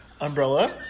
Umbrella